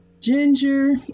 Ginger